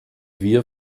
wir